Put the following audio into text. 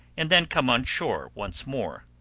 and then come on shore once more.